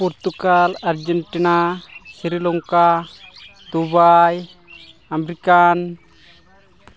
Portugal Argentina Sri Lanka Dubai american